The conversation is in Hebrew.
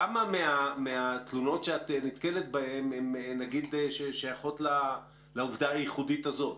כמה מהתלונות שאת נתקלת בהן שייכות לעובדה הייחודית הזאת?